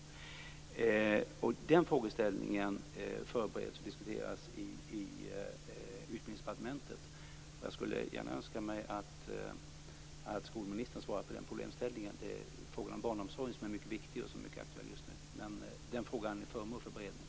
Den frågeställningen diskuteras och förbereds i Utbildningsdepartementet. Jag skulle önska att skolministern svarade på detta då det är fråga om barnomsorg, som är mycket viktig och aktuell just nu. Den frågan är föremål för beredning.